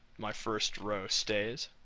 my first row stays